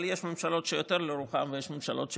אבל יש ממשלות שיותר לרוחם ויש ממשלות שפחות,